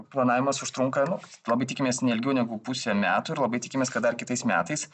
planavimas užtrunka nu labai tikimės ne ilgiau negu pusę metų ir labai tikimės kad dar kitais metais